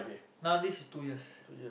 normally is two years